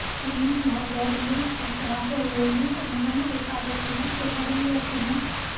तुमने यह घर लीस पर चढ़ाते हुए लीस अनुबंध के कागज ध्यान से पढ़ लिए थे ना?